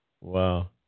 Wow